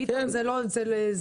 פתאום זה לא בסדר,